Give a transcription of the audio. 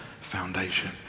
foundation